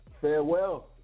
farewell